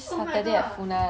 oh my god